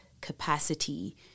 capacity